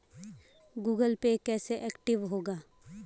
Google Pay कैसे active होगा?